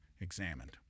Examined